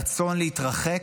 רצון להתרחק.